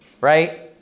Right